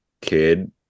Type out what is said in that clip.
kid